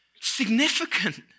significant